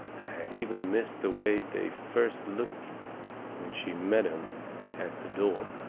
i had even missed the way they first looked when she met em at the door,